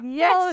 yes